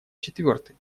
четвертый